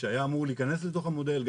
שהיה אמור להיכנס לתוך המודל,